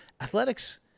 Athletics